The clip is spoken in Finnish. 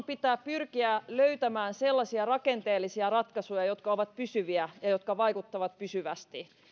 pitää pyrkiä löytämään sellaisia rakenteellisia ratkaisuja jotka ovat pysyviä ja jotka vaikuttavat pysyvästi